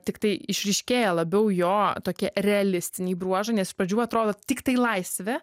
tiktai išryškėja labiau jo tokie realistiniai bruožai nes iš pradžių atrodo tiktai laisvė